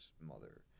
mother